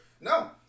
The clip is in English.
No